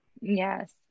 Yes